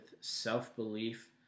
self-belief